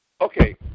Okay